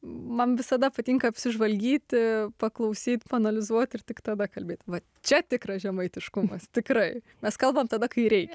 man visada patinka apsižvalgyti paklausyt paanalizuot ir tik tada kalbėti va čia tikras žemaitiškumas tikrai mes kalbam tada kai reikia